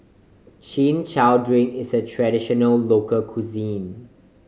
Chin Chow drink is a traditional local cuisine